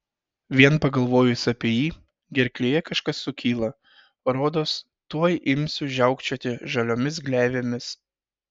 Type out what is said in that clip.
vien pagalvojus apie jį gerklėje kažkas sukyla rodos tuoj imsiu žiaukčioti žaliomis gleivėmis